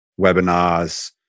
webinars